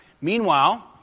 Meanwhile